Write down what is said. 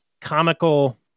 comical